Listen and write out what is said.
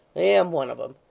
i am one of em.